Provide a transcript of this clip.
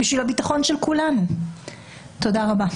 תודה רבה.